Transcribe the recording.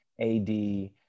AD